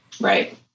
Right